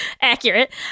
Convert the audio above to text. Accurate